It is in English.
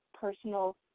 personal